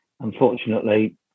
unfortunately